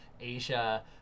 asia